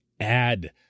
add